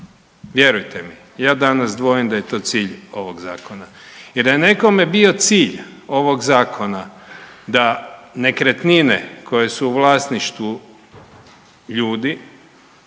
Vjerujte mi, ja danas dvojim da je to cilj ovog Zakona. Jer da je nekome bio cilj ovog Zakona da nekretnine koje su u vlasništvu ljudi,